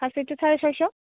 খাচীটো চাৰে ছয়শ